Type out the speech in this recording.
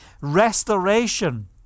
restoration